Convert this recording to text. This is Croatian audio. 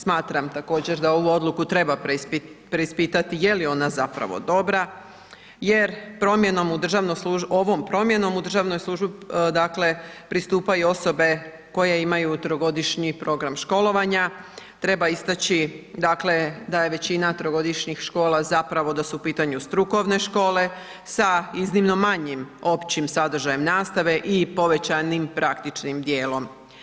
Smatram također da ovu odluku treba preispitati je li ona zapravo dobra jer ovom promjenom u državnu službu pristupaju osobe koje imaju trogodišnji program školovanja, treba istaći da je većina trogodišnjih škola zapravo da su u pitanju strukovne škole sa iznimno manjim općim sadržajem nastave i povećanim praktičnim djelom.